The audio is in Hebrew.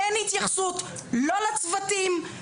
אין התייחסות לא לצוותים,